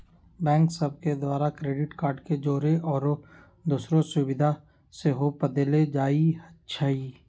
bank सभ के द्वारा क्रेडिट कार्ड के जौरे आउरो दोसरो सुभिधा सेहो पदेल जाइ छइ